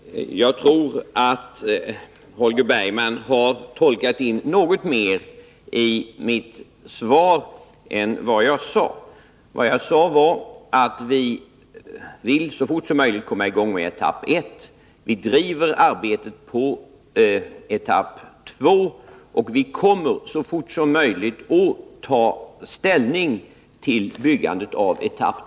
Herr talman! Jag tror att Holger Bergman har tolkat in något mer i mitt svar än vad jag sade. Jag sade att vi så fort som möjligt vill komma i gång med etapp 1. Vi förebereder nu arbetet på etapp 2 och kommer så fort som möjligt att ta ställning till byggandet av den etappen.